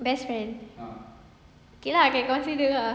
best friend okay lah can consider ah